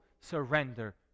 surrender